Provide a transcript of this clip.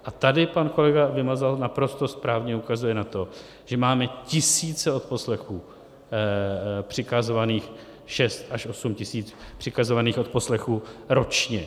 A tady pan kolega Vymazal naprosto správně ukazuje na to, že máme tisíce odposlechů přikazovaných, šest až osm tisíc přikazovaných odposlechů ročně.